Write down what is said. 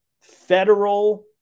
federal